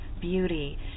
beauty